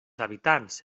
habitants